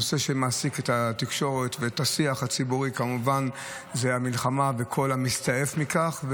הנושא שמעסיק את התקשורת והשיח הציבורי זה כמובן המלחמה וכל המסתעף מכך,